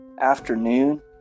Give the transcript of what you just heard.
afternoon